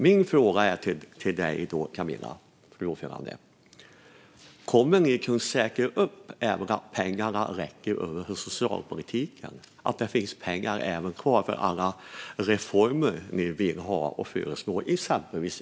Min fråga till dig, Camilla, är: Kommer ni att kunna säkerställa att pengarna räcker även för socialpolitiken, alltså att det finns pengar kvar för alla reformer ni föreslår inom till exempel LSS?